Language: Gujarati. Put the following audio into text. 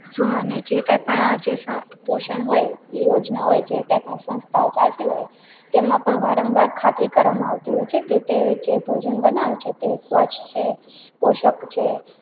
શું અને જે કાંઈપણ જે સ પોષણ હોય યોજના હોય જે કાંઈપણ સંસ્થાઓ ચાલતી હોય તેમાં પણ વારંવાર ખાતરી કરવામાં આવતી હોય છે કે તે જે ભોજન બનાવે છે તે સ્વચ્છ છે પોષક છે